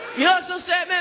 he also said, man,